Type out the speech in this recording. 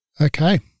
Okay